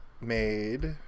made